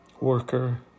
worker